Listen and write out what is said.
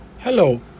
Hello